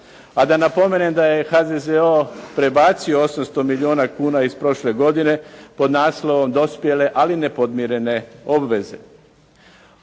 a da napomenem da je HZZO prebacio 800 milijuna kuna iz prošle godine pod naslovom dospjele, ali nepodmirene obveze.